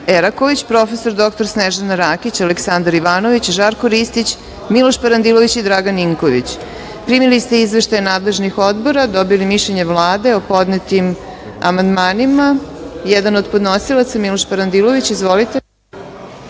Eraković, prof. dr Snežana Rakić, Aleksandar Ivanović, Žarko Ristić, Miloš Parandilović i Dragan Ninković. Primili ste izveštaje nadležnih odbora, dobili mišljenje Vlade o podnetim amandmanima. Reč ima Miloš Parandilović, jedan